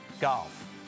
golf